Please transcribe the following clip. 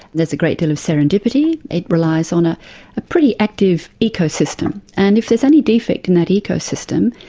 there's a great deal of serendipity, it relies on ah a pretty active ecosystem and if there's any defect in that ecosystem,